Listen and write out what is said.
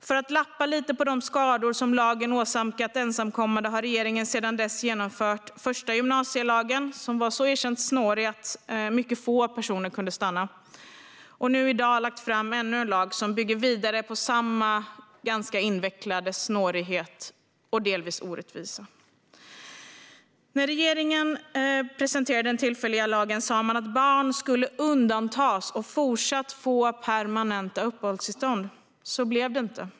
För att lappa lite på de skador som lagen åsamkat ensamkommande har regeringen sedan dess genomfört första gymnasielagen - som var så erkänt snårig att mycket få personer kunde stanna - och nu i dag lagt fram ännu en lag som bygger vidare på samma ganska invecklade snårighet och delvis orättvisa. När regeringen presenterade den tillfälliga lagen sa man att barn skulle undantas och fortsatt få permanenta uppehållstillstånd. Så blev det inte.